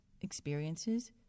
experiences